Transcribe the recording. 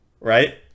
Right